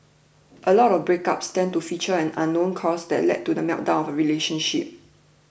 a lot of breakups tend to feature an unknown cause that lead to the meltdown of a relationship